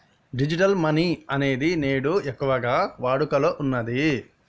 digital money అనేది నేడు ఎక్కువగా వాడుకలో ఉన్నది